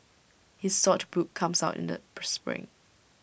his saute book comes out in the per spring